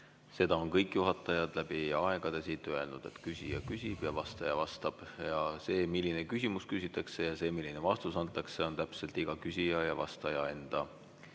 andma. Kõik juhatajad läbi aegade on siin öelnud, et küsija küsib ja vastaja vastab. See, milline küsimus küsitakse, ja see, milline vastus antakse, on täpselt iga küsija ja vastaja enda